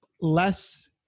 less